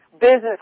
business